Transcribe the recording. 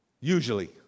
Usually